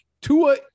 Tua